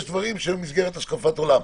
יש דברים שהם במסגרת השקפת עולם.